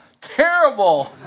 terrible